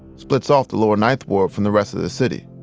splits off the lower ninth ward from the rest of the city.